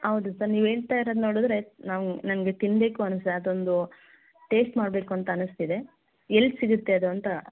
ಹೌದು ಸರ್ ನೀವು ಹೇಳ್ತ ಇರೋದು ನೋಡಿದ್ರೆ ನಾವು ನನಗೆ ತಿನ್ನಬೇಕು ಅನ್ಸ ಅದೊಂದು ಟೇಸ್ಟ್ ಮಾಡಬೇಕು ಅಂತ ಅನಿಸ್ತಿದೆ ಎಲ್ಲಿ ಸಿಗುತ್ತೆ ಅದು ಅಂತ